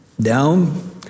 down